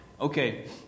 okay